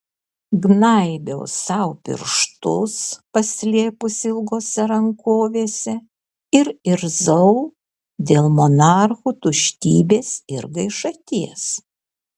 gnaibiau sau pirštus paslėpusi ilgose rankovėse ir irzau dėl monarchų tuštybės ir gaišaties